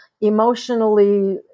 emotionally